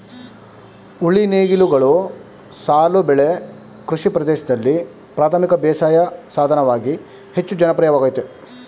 ಉಳಿ ನೇಗಿಲುಗಳು ಸಾಲು ಬೆಳೆ ಕೃಷಿ ಪ್ರದೇಶ್ದಲ್ಲಿ ಪ್ರಾಥಮಿಕ ಬೇಸಾಯ ಸಾಧನವಾಗಿ ಹೆಚ್ಚು ಜನಪ್ರಿಯವಾಗಯ್ತೆ